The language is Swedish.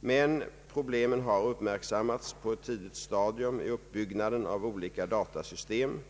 Men problemen har uppmärksammats på ett tidigt stadium i uppbyggnaden av olika datasystem.